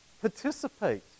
Participate